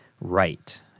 right